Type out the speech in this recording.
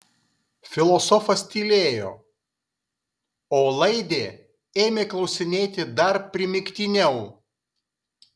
filosofas tylėjo o laidė ėmė klausinėti dar primygtiniau